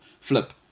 flip